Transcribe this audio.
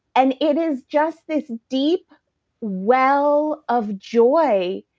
and it is just this deep well of joy,